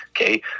okay